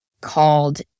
called